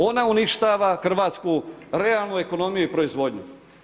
Ona uništava hrvatsku realnu ekonomiju i proizvodnju.